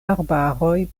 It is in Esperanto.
arbaroj